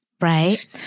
right